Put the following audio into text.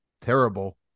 terrible